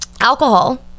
Alcohol